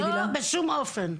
לא, בשום אופן.